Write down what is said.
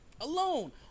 Alone